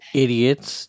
idiots